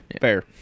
Fair